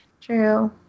True